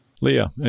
Leah